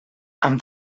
amb